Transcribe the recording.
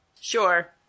Sure